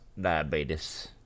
diabetes